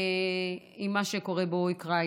עם מה שקורה באוקראינה.